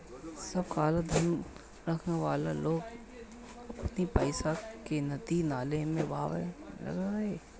सब कालाधन रखे वाला लोग अपनी पईसा के नदी नाला में बहावे लागल रहे